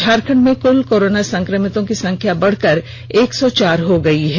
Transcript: झारखंड में कुल कोरोना संक्रमितों की संख्या बढ़कर एक सौ चार हो गई है